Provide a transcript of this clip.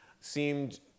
seemed